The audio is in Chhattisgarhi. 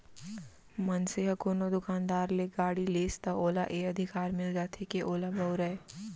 मनसे ह कोनो दुकानदार ले गाड़ी लिस त ओला ए अधिकार मिल जाथे के ओला बउरय